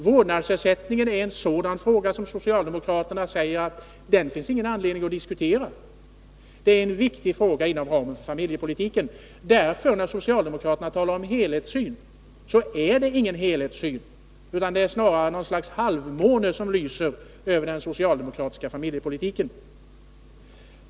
Vårdnadsersättningen är en fråga där socialdemokraterna säger att det inte finns anledning att diskutera. Det är en viktig fråga inom ramen för familjepolitiken. När socialdemokraterna talar om helhetssyn är det inte fråga om någon helhetssyn utan snarare något slags halvmåne som lyser över den socialdemokratiska familjepolitiken.